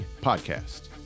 podcast